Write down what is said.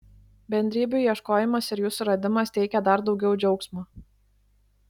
bendrybių ieškojimas ir jų suradimas teikia dar daugiau džiaugsmo